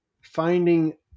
finding